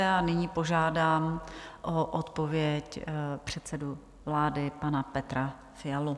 A nyní požádám o odpověď předsedu vlády pana Petra Fialu.